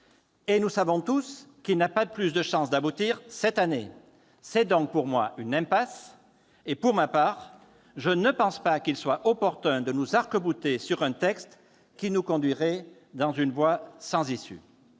et nous savons tous qu'il n'a pas plus de chance d'aboutir cette année. Nous sommes donc dans une impasse. Pour ma part, je ne pense pas qu'il soit opportun de nous arc-bouter sur un texte qui nous conduirait dans une voie sans issue.